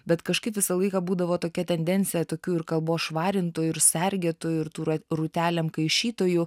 bet kažkaip visą laiką būdavo tokia tendencija tokių ir kalbos švarintojų ir sergėtojų ir tų ra rūtelėm kaišytojų